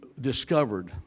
discovered